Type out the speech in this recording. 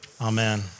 amen